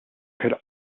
could